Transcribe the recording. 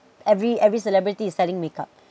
every every celebrity is selling makeup